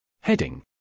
Heading